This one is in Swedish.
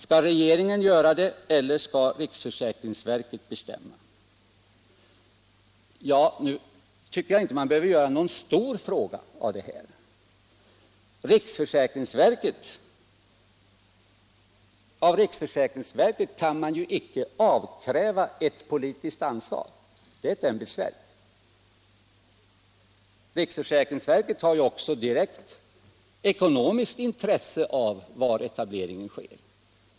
Skall regeringen göra det eller skall riksförsäkringsverket bestämma? Nu tycker jag inte att man behöver göra någon stor fråga av det här. Av riksförsäkringsverket kan man inte utkräva ett politiskt ansvar. Det är ju ett ämbetsverk. Riksförsäkringsverket har också direkt ekonomiskt in tresse av var etableringen sker.